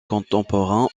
contemporain